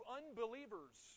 unbelievers